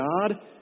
God